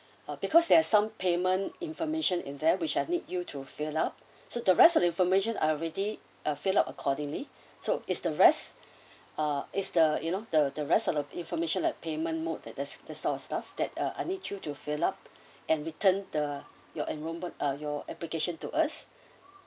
uh because there are some payment information in there which I need you to fill up so the rest of information I've already uh fill up accordingly so is the rest ah is the you know the the rest of the information like payment mode that that's that sort of stuff that uh I need you to fill up and return the your enrolment ah your application to us